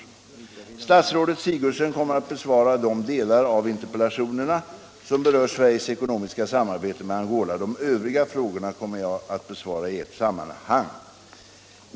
37 Statsrådet Sigurdsen kommer att besvara de delar av interpellationerna som berör Sveriges ekonomiska samarbete med Angola. De övriga frågorna kommer jag att besvara i ett sammanhang.